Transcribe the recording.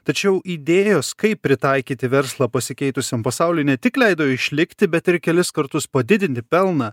tačiau idėjos kaip pritaikyti verslą pasikeitusiam pasauliui ne tik leido išlikti bet ir kelis kartus padidinti pelną